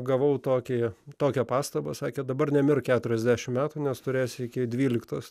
gavau tokį tokią pastabą sakė dabar nemirk keturiasdešimt metų nes turės iki dvyliktos